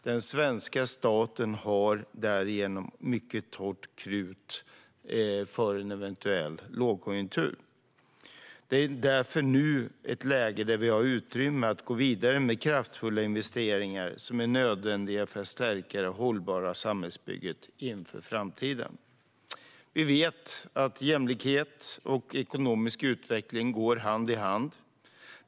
Den svenska staten har därigenom mycket torrt krut för en eventuell lågkonjunktur, och vi är nu i ett läge där vi har utrymme att gå vidare med kraftfulla investeringar som är nödvändiga för att stärka det hållbara samhällsbygget inför framtiden. Vi vet att jämlikhet och ekonomisk utveckling går hand i hand.